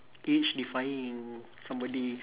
age defying somebody